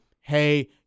hey